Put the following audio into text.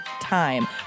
time